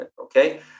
Okay